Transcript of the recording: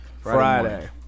Friday